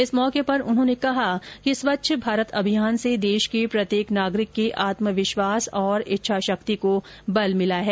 इस मौके पर उन्होंने कहा कि स्वच्छ भारत अभियान से देश के प्रत्येक नागरिक के आत्म विश्वास और इच्छा शक्ति को बल मिला है